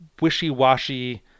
wishy-washy